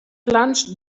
plunge